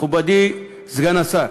מכובדי סגן השר,